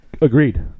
agreed